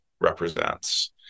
represents